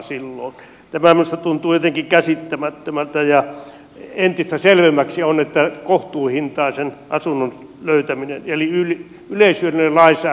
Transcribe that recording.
tämä minusta tuntuu jotenkin käsittämättömältä ja entistä selvempää on että kohtuuhintaisen asunnon löytäminen on vaikeaa eli yleishyödyllinen lainsäädäntö ei toimi